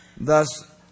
Thus